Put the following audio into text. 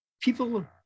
people